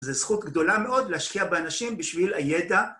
זו זכות גדולה מאוד להשקיע באנשים בשביל הידע.